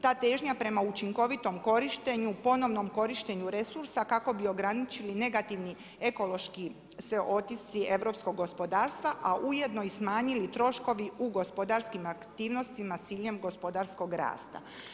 Ta težnja prema učinkovitom korištenju, ponovnom korištenju resursa, kako bi ograničili negativni ekološki … europskog gospodarstva, a ujedno i smanjili i troškovi u gospodarskim aktivnostima s ciljem gospodarskog rasta.